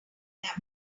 known